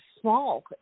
small